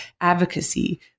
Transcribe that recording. advocacy